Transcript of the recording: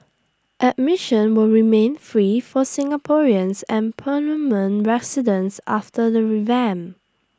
admission will remain free for Singaporeans and permanent residents after the revamp